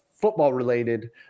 football-related